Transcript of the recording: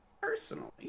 personally